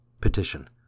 Petition